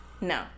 No